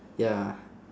ya